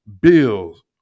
Bills